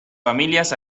familias